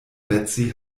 betsy